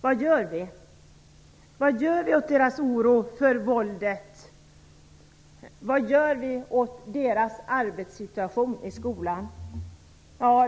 Vad gör vi åt dessa flickors oro för våldet och åt deras arbetssituation i skolan?